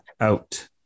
out